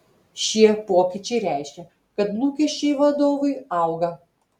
šie pokyčiai reiškia kad lūkesčiai vadovui auga